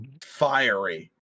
Fiery